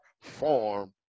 form